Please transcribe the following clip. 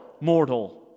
mortal